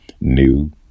New